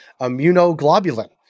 immunoglobulin